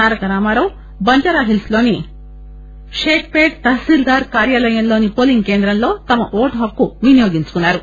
తారక రామారావు బంజారాహిల్స్ లోని షేక్ పేట్ తహసిల్గార్ కార్యాలయంలోని పోలింగ్ కేంద్రంలో తమ ఓటు హక్కును వినియోగించుకున్నారు